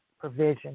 provision